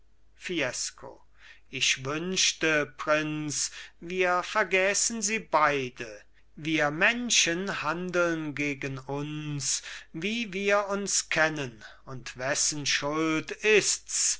fiesco ich wünschte prinz wir vergäßen sie beide wir menschen handeln gegen uns wie wir uns kennen und wessen schuld ists